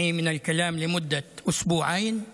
שמנעו ממני דיבור במשך שבועיים,